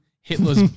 Hitler's